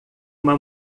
uma